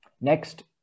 Next